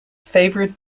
favourite